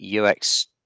ux